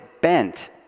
bent